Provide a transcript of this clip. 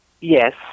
Yes